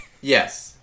Yes